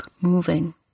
moving